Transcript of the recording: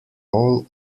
all